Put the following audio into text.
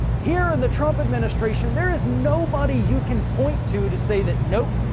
here in the trump administration there is nobody you can point to, to say that, nope,